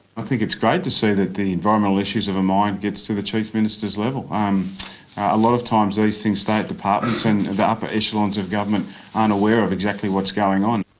i think it's great to see that the environmental issues of a mine gets to the chief minister's level. um a lot of times these things stay at departments, and the upper echelons of government aren't aware of exactly what's going on.